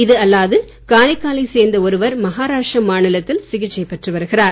இது அல்லாது காரைக்கால லைச் சேர்ந்த ஒருவர் மஹாராஷ்டிர மாநிலத்தில் சிகிச்சை பெற்று வருகிறார்